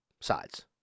sides